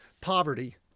poverty